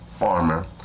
armor